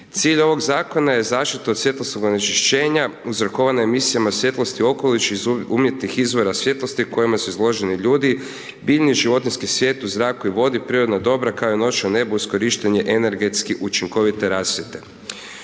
Cilj ovog Zakona je zaštita od svjetlosnog onečišćenja uzrokovane emisijama svjetlosti okoliš iz umjetnih izvora svjetlosti kojima su izloženi ljudi, biljni i životinjski svijet u zraku i vodi, prirodna dobra, kao i noć na nebu uz korištenje energetski učinkovite rasvjete.